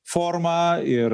formą ir